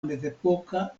mezepoka